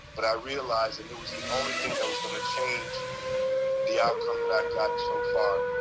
but i realized that it was the only thing that was gonna change the outcome that i've gotten so far.